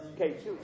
Okay